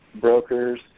brokers